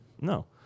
no